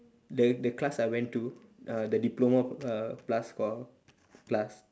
the the class I went to uh the diploma uh plus called class